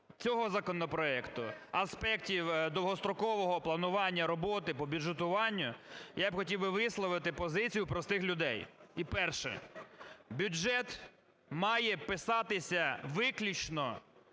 цього законопроекту, аспектів довгострокового планування роботи по бюджетуванню, я б хотів би висловити позицію простих людей. І перше – бюджет має писатися виключно